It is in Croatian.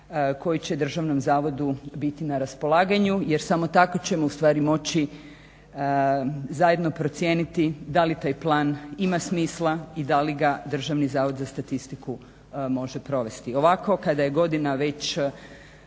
koji će državnom zavodu biti na raspolaganju jer samo tako ćemo ustvari moći zajedno procijeniti da li taj plan ima smisla i da li ga DZS može provesti.